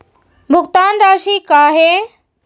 भुगतान राशि का हे?